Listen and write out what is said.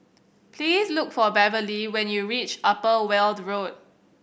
please look for Beverly when you reach Upper Weld Road